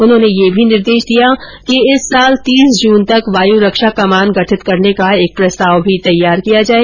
उन्होंने यह भी निर्देश दिया कि इस वर्ष तीस जून तक वायु रक्षा कमान गठित करने का एक प्रस्ताव भी तैयार किया जाए